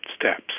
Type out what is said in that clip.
steps